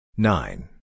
Nine